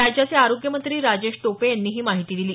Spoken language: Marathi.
राज्याचे आरोग्य मंत्री राजेश टोपे यांनी ही माहिती दिली